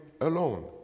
alone